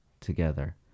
together